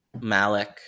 Malik